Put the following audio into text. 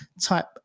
type